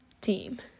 team